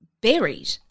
buried